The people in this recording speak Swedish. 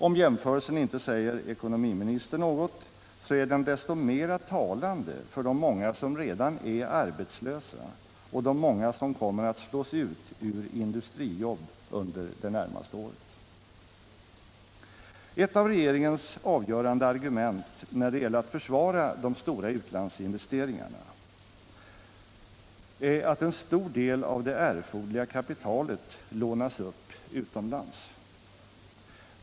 Om jämförelsen inte säger ekonomiministern något, så är den desto mera talande för de många som redan är arbetslösa och de många som kommer att slås ut ur industrijobb under det närmaste året. Ett av regeringens avgörande argument när det gäller att försvara de stora utlandsinvesteringarna är att en stor del av det erforderliga kapitalet lånas upp utomlands.